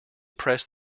press